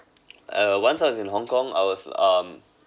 uh once I was in Hong-Kong I was um